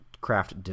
craft